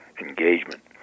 engagement